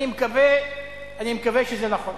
אני מקווה שזה נכון.